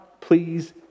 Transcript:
please